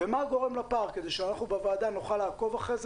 ומה גורם לפער כדי שאנחנו בוועדה נוכל לעקוב אחרי זה